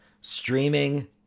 streaming